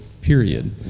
Period